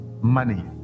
money